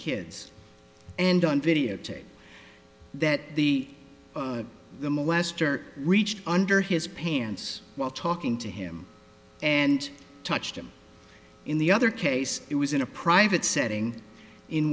kids and on videotape that the molester reached under his pants while talking to him and touched him in the other case it was in a private setting in